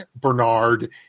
Bernard